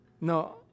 No